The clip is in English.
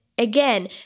Again